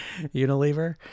Unilever